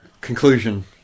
conclusion